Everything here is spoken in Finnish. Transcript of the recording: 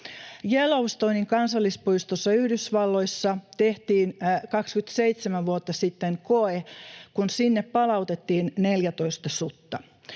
Yellowstonen kansallispuistossa Yhdysvalloissa tehtiin 27 vuotta sitten koe, kun sinne palautettiin 14 sutta